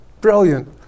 brilliant